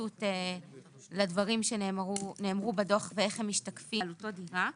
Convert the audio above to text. התייחסות לדברים שנאמרו בדוח ואיך הם משתקפים בתוך ההצעה.